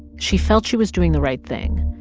she felt she was doing the right thing,